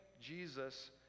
Jesus